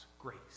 grace